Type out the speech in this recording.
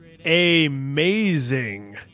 Amazing